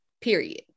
period